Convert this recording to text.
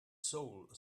soul